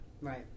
Right